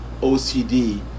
OCD